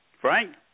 Frank